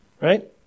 Right